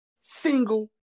single